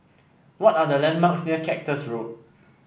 what are the landmarks near Cactus Road